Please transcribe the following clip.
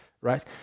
right